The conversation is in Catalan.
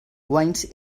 guanys